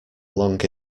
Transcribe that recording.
long